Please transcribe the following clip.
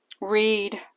read